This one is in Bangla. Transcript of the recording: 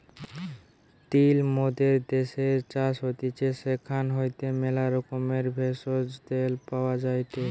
তিল মোদের দ্যাশের চাষ হতিছে সেখান হইতে ম্যালা রকমের ভেষজ, তেল পাওয়া যায়টে